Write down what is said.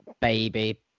baby